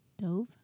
Dove